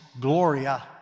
Gloria